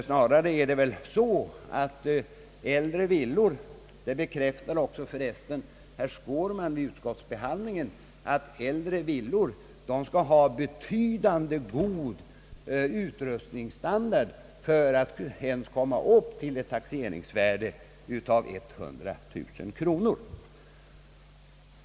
Snarare är det väl på det sättet, att äldre villor — och det bekräftade också herr Skårman vid utskottsbehandlingen — skall ha en synnerligen god utrustningsstandard för att ens komma upp i ett taxeringsvärde av 100 000 kro nor.